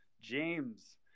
James